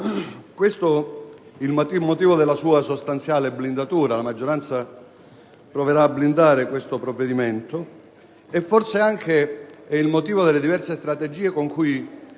Questo è il motivo della sua sostanziale blindatura (la maggioranza proverà a blindare questo provvedimento) e forse anche il motivo delle diverse strategie con cui